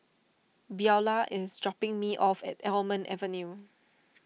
Beaulah is dropping me off at Almond Avenue